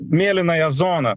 mėlynąją zoną